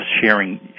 sharing